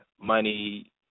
money